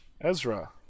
Ezra